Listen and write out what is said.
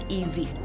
easy